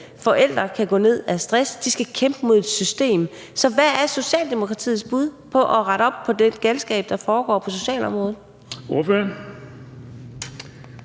forældre kan gå ned med stress, for de skal kæmpe mod et system. Så hvad er Socialdemokratiets bud på at rette op på den galskab, der foregår på socialområdet? Kl.